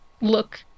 look